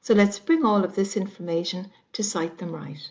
so let's bring all of this information to cite them right.